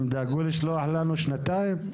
הם דאגו לשלוח לנו שנתיים?